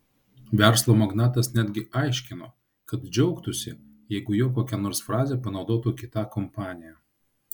verslo magnatas netgi aiškino kad džiaugtųsi jeigu jo kokią nors frazę panaudotų kita kompanija